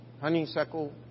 honeysuckle